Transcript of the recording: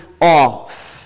off